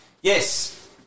yes